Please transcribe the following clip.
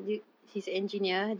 oh